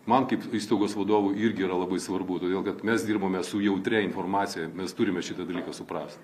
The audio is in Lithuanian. man kaip įstaigos vadovui irgi yra labai svarbu todėl kad mes dirbame su jautria informacija mes turime šitą dalyką suprast